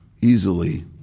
easily